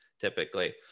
typically